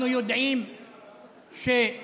אנחנו יודעים שכמעט